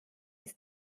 ist